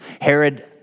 Herod